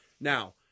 Now